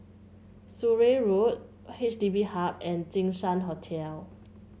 Surrey Road H D B Hub and Jinshan Hotel